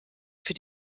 für